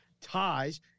ties